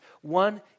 one